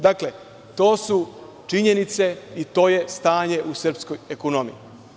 Dakle, to su činjenice i to je stanje u srpskoj ekonomiji.